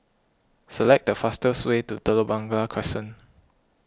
select the fastest way to Telok Blangah Crescent